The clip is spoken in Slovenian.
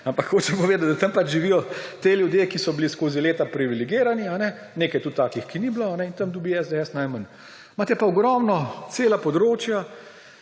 ampak hočem povedati, da tam živijo ti ljudje, ki so bili skozi leta privilegirani, nekaj tudi takih, ki ni bilo; in tam dobi SDS najmanj. Imate pa ogromno, cela območja,